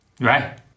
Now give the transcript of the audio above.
Right